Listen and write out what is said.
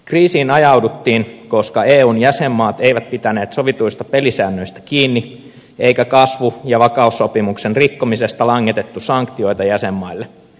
kriisiin ajauduttiin koska eun jäsenmaat eivät pitäneet sovituista pelisäännöistä kiinni eikä kasvu ja vakaussopimuksen rikkomisesta langetettu sanktioita jäsenmaille